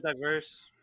diverse